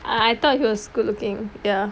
I thought he was good looking ya